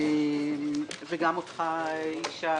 וגם אותך ישי,